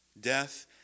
death